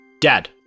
Dad